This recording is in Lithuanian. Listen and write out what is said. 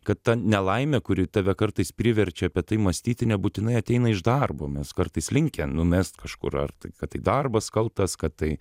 kad ta nelaimė kuri tave kartais priverčia apie tai mąstyti nebūtinai ateina iš darbo mes kartais linkę numest kažkur ar tai kad tai darbas kaltas kad tai